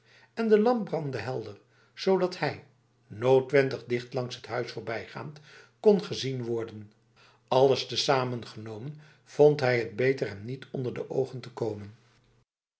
en de lamp brandde helder zodat hij noodwendig dicht langs het huis voorbijgaand kon gezien worden alles tezamen genomen vond hij t beter hem niet onder de ogen te komen